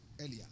earlier